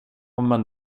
men